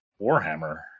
Warhammer